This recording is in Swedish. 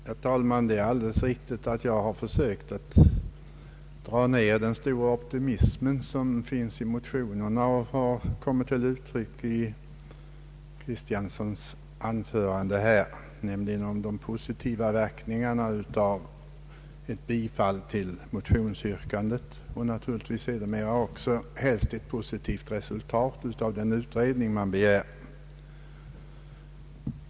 Herr talman! Det är alldeles riktigt att jag har försökt att dämpa den stora optimism som kommit till uttryck i motionerna och i herr Kristianssons anförande när det gäller de positiva verkningarna av ctt bifall till motionsyrkandet och sedermera ett positivt resultat av den utredning man begär.